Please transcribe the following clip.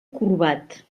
corbat